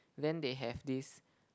then they have this